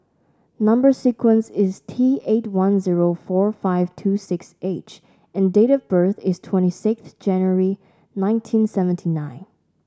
number sequence is T eight one zero four five two six H and date of birth is twenty six January nineteen seventy nine